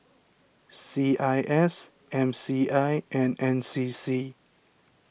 C I S M C I and N C C